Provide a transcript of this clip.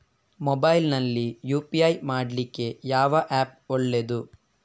Mobile ನಲ್ಲಿ UPI ಮಾಡ್ಲಿಕ್ಕೆ ಯಾವ ಆ್ಯಪ್ ಒಳ್ಳೇದು?